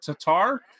Tatar